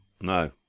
no